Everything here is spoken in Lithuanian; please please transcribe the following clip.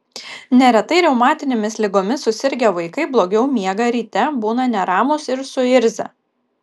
neretai reumatinėmis ligomis susirgę vaikai blogiau miega ryte būna neramūs ir suirzę